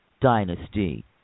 dynasty